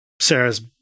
Sarah's